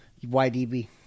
YDB